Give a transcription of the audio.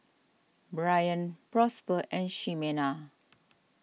Brien Prosper and Ximena